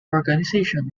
organization